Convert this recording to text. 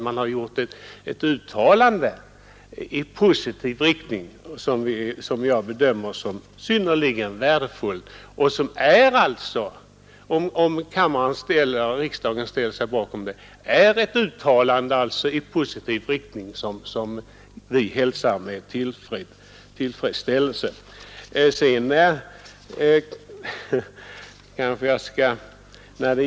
Man har gjort ett uttalande i positiv riktning, vilket jag bedömer som synnerligen värdefullt och som alltså — om riksdagen ställer sig bakom det — måste hälsas med tillfredsställelse.